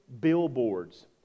billboards